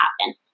happen